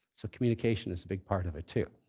so communication is a big part of it too.